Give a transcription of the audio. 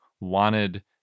wanted